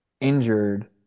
injured